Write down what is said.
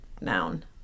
noun